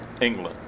England